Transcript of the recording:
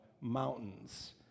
mountains